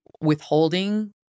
withholding